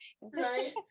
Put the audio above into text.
Right